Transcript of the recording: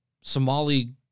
Somali